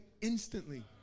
instantly